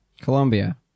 Colombia